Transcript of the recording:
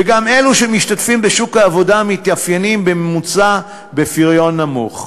וגם אלו שמשתתפים בשוק העבודה מתאפיינים בממוצע בפריון נמוך.